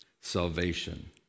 salvation